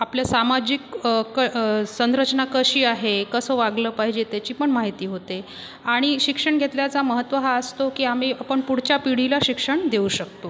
आपल्या सामाजिक क संरचना कशी आहे कसं वागलं पाहिजे त्याची पण माहिती होते आणि शिक्षण घेतल्याचं महत्त्व हा असतो की आम्ही आपण पुढच्या पिढीला शिक्षण देऊ शकतो